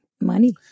money